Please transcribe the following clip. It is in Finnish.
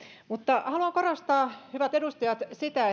mutta haluan korostaa hyvät edustajat sitä